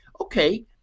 Okay